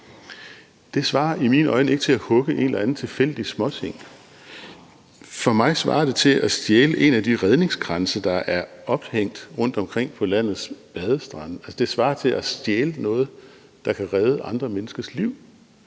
Det svarer i mine øjne ikke til at hugge en eller anden tilfældig småting. For mig svarer det til at stjæle en af de redningskranse, der er ophængt rundtomkring på landets badestrande, altså det svarer til at stjæle noget, der kan redde andre menneskers liv.